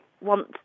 want